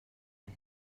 res